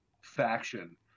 faction